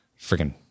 Freaking